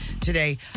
today